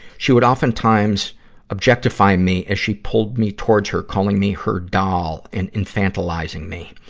she would oftentimes objectify me as she pulled me towards her, calling me her doll and infantilizing me.